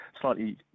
slightly